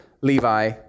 Levi